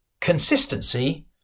consistency